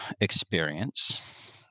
experience